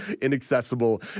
inaccessible